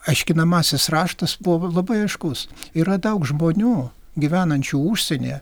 aiškinamasis raštas buvo labai aiškus yra daug žmonių gyvenančių užsienyje